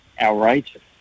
outrageous